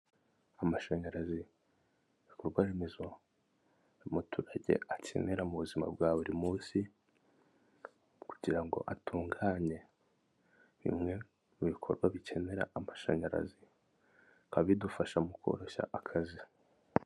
Amashanyarazi ibikorwaremezo umuturage akenera mu buzima bwa buri munsi, kugira ngo atunganye bimwe mu bikorwa bikenera amashanyarazi, bikaba bidufasha mu koroshya akazi.